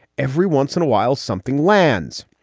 every once in a while, something lands.